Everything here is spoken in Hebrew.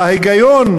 ההיגיון,